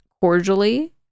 cordially